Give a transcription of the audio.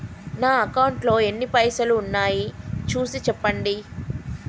నా అకౌంట్లో ఎన్ని పైసలు ఉన్నాయి చూసి చెప్పండి?